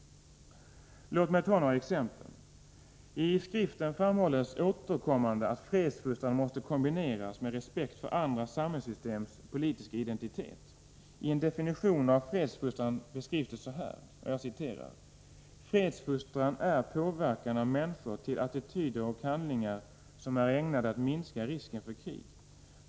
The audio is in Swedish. Låt mig ta några exempel. I skriften framhålls återkommande att fredsfostran måste kombineras med respekt för andra samhällssystems politiska identitet. I en definition av fredsfostran beskrivs den så här; ”Fredsfostran är påverkan av människor till attityder och handlingar som är ägnade att minska risker för krig.